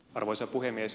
arvoisa puhemies